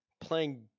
playing